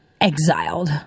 exiled